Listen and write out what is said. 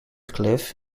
cliff